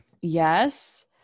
yes